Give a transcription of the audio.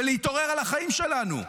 ולהתעורר על החיים שלנו,